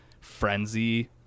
frenzy